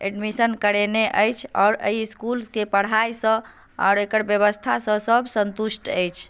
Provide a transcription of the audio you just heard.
admission करेने अछि आओर एहि इस्कुलके पढ़ाइसँ आओर एकर व्यवस्थासँ सभ सन्तुष्ट अछि